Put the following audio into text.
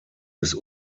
bis